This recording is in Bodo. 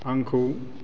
आंखौ